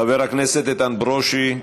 חבר הכנסת איתן ברושי.